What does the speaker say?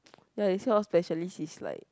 ya you see all specialists is like